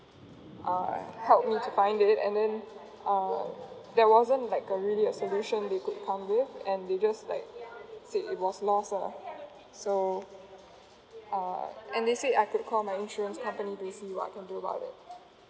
uh help me to find it and then uh there wasn't like a really a solution they could come with and they just like said it was lost lah so uh and they said I can call my insurance company to see what can be do about it